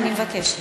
אני מבקשת.